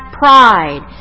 pride